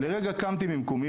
לרגע קמתי ממקומו,